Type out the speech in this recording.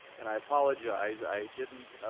and i apologize, i didn't